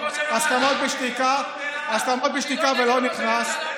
אני יושב ואני בולם.